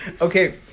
Okay